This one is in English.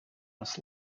was